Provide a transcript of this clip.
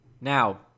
Now